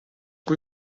kui